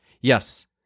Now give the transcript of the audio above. Yes